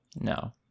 No